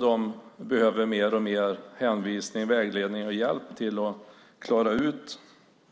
De behöver mer och mer hänvisning, vägledning och hjälp för att klara ut